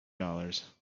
dollars